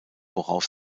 worauf